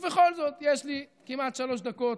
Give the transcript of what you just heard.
ובכל זאת, יש לי כמעט שלוש דקות,